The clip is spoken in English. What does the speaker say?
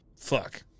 Fuck